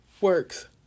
works